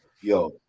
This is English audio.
Yo